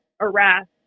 arrest